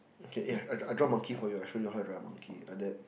okay yea I I I draw monkey for you I show you how I draw a monkey like that